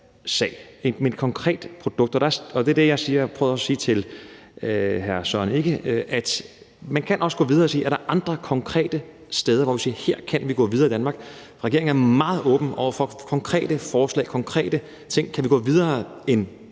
sag med et konkret produkt, og det er det, jeg har prøvet at sige til hr. Søren Egge Rasmussen, nemlig at man også kan gå videre og spørge, om der er andre konkrete steder, hvor vi kan sige, at her kan vi gå videre i Danmark. Regeringen er meget åben over for konkrete forslag og konkrete ting. Kan vi gå videre end